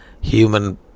Human